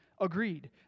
agreed